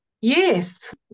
Yes